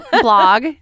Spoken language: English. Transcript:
Blog